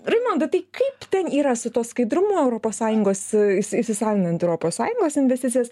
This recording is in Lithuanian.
raimonda tai kaip ten yra su tuo skaidrumu europos sąjungos įsisavinant europos sąjungos investicijas